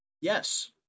Yes